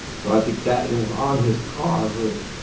so i think that and it was on his car hood.